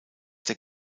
der